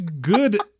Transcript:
good